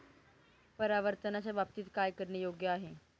परावर्तनाच्या बाबतीत काय करणे योग्य आहे